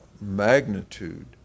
magnitude